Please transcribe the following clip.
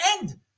end